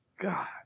God